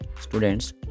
Students